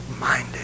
minded